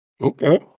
Okay